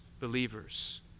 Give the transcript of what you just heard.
believers